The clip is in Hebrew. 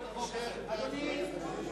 אדוני.